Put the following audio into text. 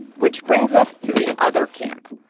which brings us to the other camp.